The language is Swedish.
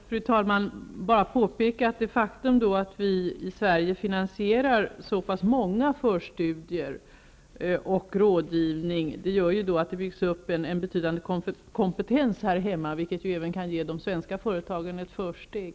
Fru talman! Jag vill bara påpeka att det faktum att vi i Sverige finansierar så pass många förstudier och så pass mycket rådgivning gör att det byggs upp en betydande kompetens här hemma, vilket ju även kan ge de svenska företagen ett försteg.